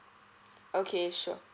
okay sure